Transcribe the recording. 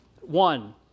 one